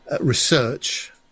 research